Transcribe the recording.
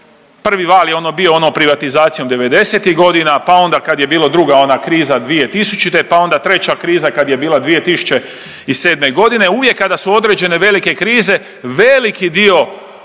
prvi val je ono bio privatizacijom devedesetih godina pa onda kada je bila druga ona kriza 2000., pa onda treća kriza kad je bila 2007.g. uvijek kada su određene velike krize veliki dio